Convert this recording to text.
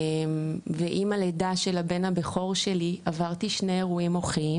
עם הלידה של הבן הבכור שלי עברתי שני אירועים מוחיים